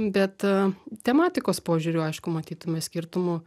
bet tematikos požiūriu aišku matytume skirtumų